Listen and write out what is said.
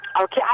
Okay